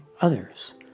others